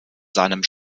seinem